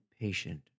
patient